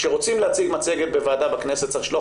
כשרוצים להציג מצגת בוועדה בכנסת צריך לשלוח